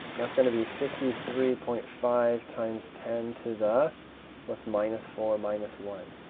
that's going to be fifty three point five times ten to the what's minus four minus one?